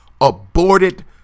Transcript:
aborted